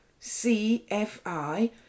CFI